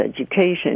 education